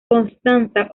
constanza